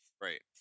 Right